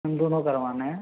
दोनों करवाना है